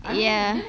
ya